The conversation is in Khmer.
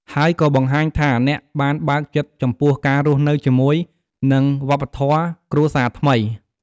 ហើយក៏បង្ហាញថាអ្នកបានបើកចិត្តចំពោះការរស់នៅជាមួយនឹងវប្បធម៌គ្រួសារថ្មី។